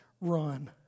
run